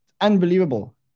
Unbelievable